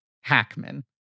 Hackman